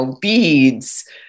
beads